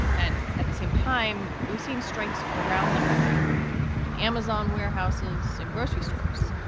and at the same time we've seen strikes around the country and amazon warehouses and grocery stores.